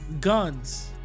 guns